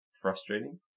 frustrating